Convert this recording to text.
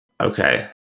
Okay